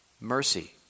mercy